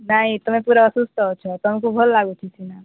ନାଇଁ ତୁମେ ପୁରା ଅସୁସ୍ଥ ଅଛ ତୁମକୁ ଭଲ ଲାଗୁନି